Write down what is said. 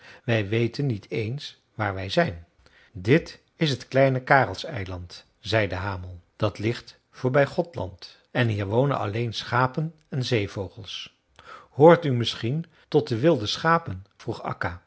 wij weten niet eens waar wij zijn dit is het kleine karelseiland zei de hamel dat ligt voorbij gothland en hier wonen alleen schapen en zeevogels hoort u misschien tot de wilde schapen vroeg